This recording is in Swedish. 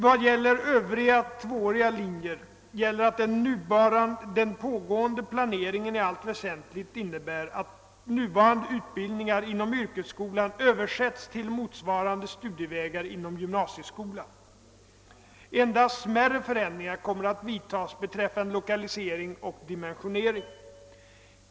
Vad gäller övriga tvååriga linjer gäller att den pågående planeringen i allt väsentligt innebär att nuvarande utbildningar inom yrkesskolan översätts till motsvarande studievägar inom gymnasieskolan. Endast smärre förändringar kommer att vidtas beträffande lokalisering och dimensionering.